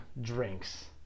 drinks